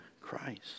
Christ